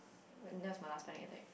that was my last panic attack